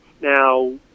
Now